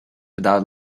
without